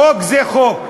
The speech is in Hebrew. חוק זה חוק.